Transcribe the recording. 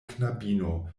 knabino